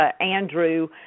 Andrew